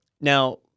Now